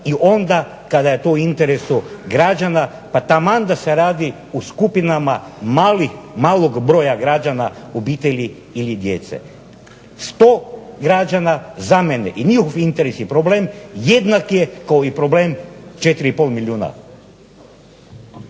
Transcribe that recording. i onda kada je to u interesu građana pa taman da se radi o skupinama malog broja građana, obitelji i djece. 100 građana za mene i njihov interes i problem jednak je kao i problem 4,5 milijuna.